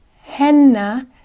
Henna